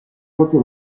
doppio